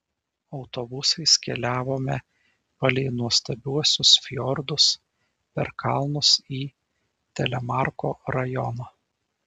autobusais keliavome palei nuostabiuosius fjordus per kalnus į telemarko rajoną